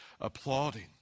applauding